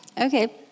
Okay